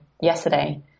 yesterday